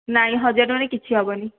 ନାଇଁ ହଜାରେ ଟଙ୍କାରେ କିଛି ହେବନି